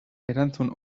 erantzun